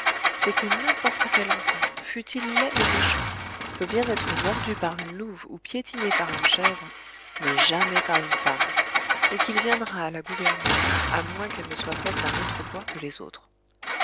c'est que n'importe quel enfant fût-il laid et méchant peut bien être mordu par une louve ou piétiné par une chèvre mais jamais par une femme et qu'il viendra à la gouverner à moins qu'elle ne soit faite d'un autre bois que les autres